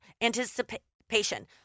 anticipation